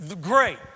great